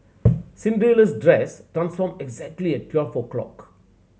Cinderella's dress transformed exactly at twelve o' clock